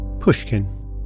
Pushkin